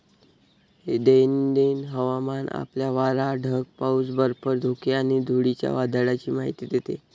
दैनंदिन हवामान आपल्याला वारा, ढग, पाऊस, बर्फ, धुके आणि धुळीच्या वादळाची माहिती देते